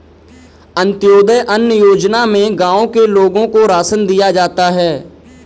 अंत्योदय अन्न योजना में गांव के लोगों को राशन दिया जाता है